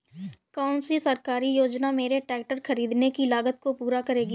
कौन सी सरकारी योजना मेरे ट्रैक्टर ख़रीदने की लागत को पूरा करेगी?